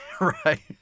Right